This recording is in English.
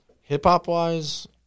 Hip-hop-wise